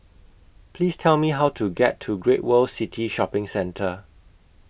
Please Tell Me How to get to Great World City Shopping Centre